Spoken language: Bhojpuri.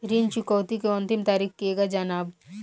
ऋण चुकौती के अंतिम तारीख केगा जानब?